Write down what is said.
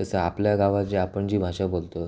तसं आपल्या गावात जी आपण जी भाषा बोलतो